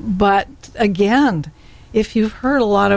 but again and if you've heard a lot